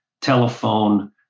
telephone